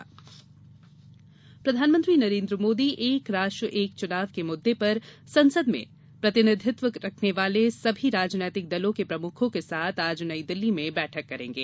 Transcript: एक देश एक चुनाव प्रधानमंत्री नरेन्द्र मोदी एक राष्ट्र एक चुनाव के मुद्दे पर संसद में प्रतिनिधित्व रखने वाले सभी राजनीतिक दलों के प्रमुखों के साथ आज नई दिल्ली में बैठक करेंगे